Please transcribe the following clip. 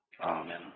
Amen